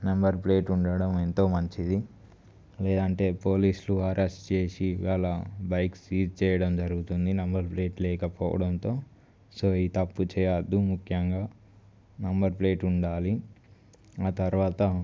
number plate ఉండడం ఎంతో మంచిది లేదంటే పోలీసులు అరెస్ట్ చేసి వాళ్ళ బైక్ సీజ్ చేయడం జరుగుతుంది నెంబర్ ప్లేట్ లేకపోవడంతో సో ఈ తప్పు చేయద్దు ముఖ్యంగా నెంబర్ ప్లేట్ ఉండాలి ఆ తర్వాత